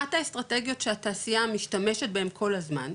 אחת האסטרטגיות שהתעשייה משתמשת בהם כל הזמן,